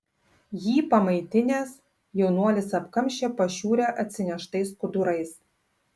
jį pamaitinęs jaunuolis apkamšė pašiūrę atsineštais skudurais